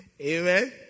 Amen